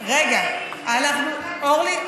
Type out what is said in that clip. רגע, אורלי.